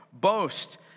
boast